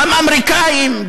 גם אמריקנים,